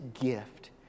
gift